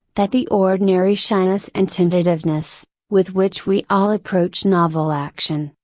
that the ordinary shyness and tentativeness, with which we all approach novel action,